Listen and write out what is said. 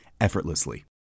effortlessly